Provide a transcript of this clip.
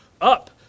Up